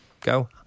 go